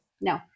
No